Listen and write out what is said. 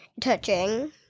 touching